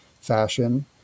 fashion